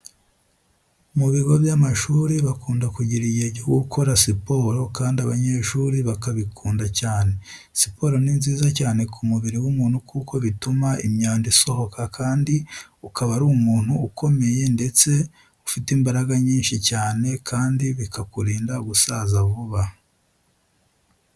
Mu bigo by'amashuri bakunda kugira igihe cyo gukora siporo kandi abanyeshuri bakabikunda cyane. Siporo ni nziza cyane ku mubiri w'umuntu kuko bituma imyanda isohoka kandi ukaba uri umuntu ukomeye ndetse ufite imbaraga nyinshi cyane kandi bikakurinda gusaza vuba.